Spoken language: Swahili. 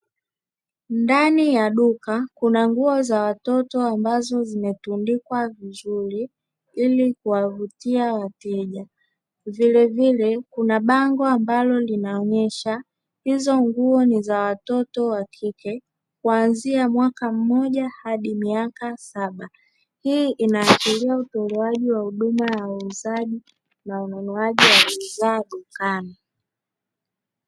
Ndani ya duka kuna nguo za watoto ambazo zimetundikwa vizuri ili kuwavutia wateja vilevile kuna bango ambalo linaonyesha hizo nguo ni za watoto wakike kwanzia mwaka mmoja hadi miaka saba, hii inaashiria utolewaji wa huduma ya wauuzaji na ununuaji wa bidhaa dukani.